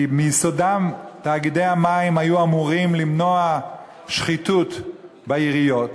כי מיסודם תאגידי המים היו אמורים למנוע שחיתות בעיריות,